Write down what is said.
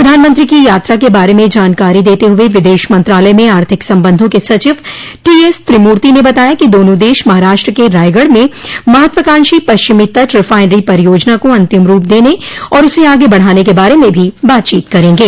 प्रधानमंत्री की यात्रा के बारे में जानकारी देते हुए विदेश मंत्रालय में आर्थिक सम्बधों के सचिव टीएस तिरुमूर्ति ने बताया कि दोनों देश महाराष्ट्र के रायगढ़ में महत्वाहांक्षी पश्चिमी तट रिफायनरी परियोजना को अंतिम रूप देने और उसे आगे बढ़ाने के बारे में भी बातचीत करेंगे